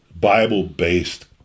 Bible-based